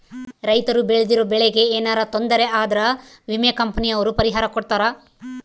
ರೈತರು ಬೆಳ್ದಿರೋ ಬೆಳೆ ಗೆ ಯೆನರ ತೊಂದರೆ ಆದ್ರ ವಿಮೆ ಕಂಪನಿ ಅವ್ರು ಪರಿಹಾರ ಕೊಡ್ತಾರ